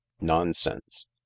nonsense